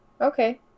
Okay